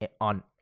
on